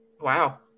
Wow